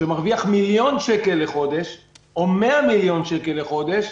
שמרוויח מיליון שקל לחודש או 100 מיליון שקל לחודש,